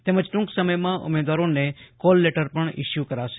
તેમજ ટૂંક સમયમાં ઉમેદવારોને કોલલેટર પણ ઈશ્યુ કરાશે